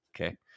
Okay